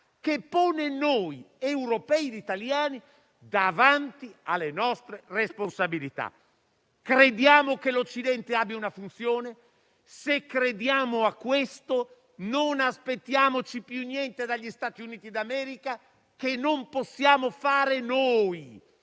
che pone noi, europei e italiani, davanti alle nostre responsabilità. Crediamo che l'Occidente abbia una funzione? Se crediamo a questo, non aspettiamoci più niente dagli Stati Uniti d'America che non possiamo fare noi.